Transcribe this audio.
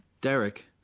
Derek